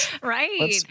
Right